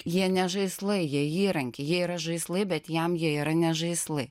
jie ne žaislai jie įrankiai jie yra žaislai bet jam jie yra ne žaislai